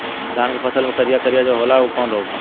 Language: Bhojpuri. धान के फसल मे करिया करिया जो होला ऊ कवन रोग ह?